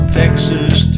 texas